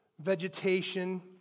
vegetation